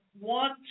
want